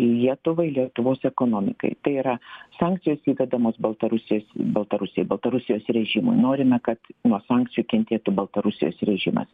lietuvai lietuvos ekonomikai tai yra sankcijos įvedamos baltarusijos baltarusijai baltarusijos režimui norime kad nuo sankcijų kentėtų baltarusijos režimas